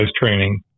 training